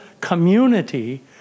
community